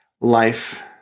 life